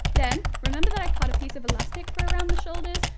then, remember that i cut a piece of elastic for around the shoulders?